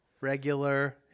Regular